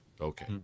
Okay